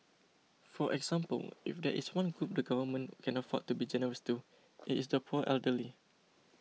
for example if there is one group the Government can afford to be generous to it is the poor elderly